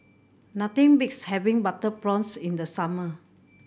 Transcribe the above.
nothing beats having butter prawns in the summer